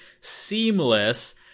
seamless